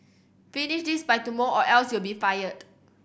finish this by tomorrow or else you'll be fired